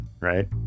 right